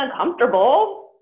uncomfortable